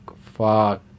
fuck